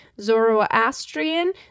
Zoroastrian